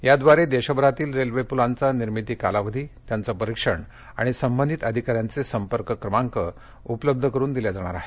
याद्वारे देशभरातील रेल्वेपुलांचा निर्मिती कालावधी त्याचं परीक्षण आणि संबधित अधिकाऱ्यांचे संपर्क क्रमांक उपलब्ध करून दिले जाणार आहेत